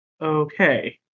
Okay